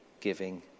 giving